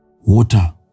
water